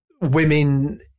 women